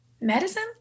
medicine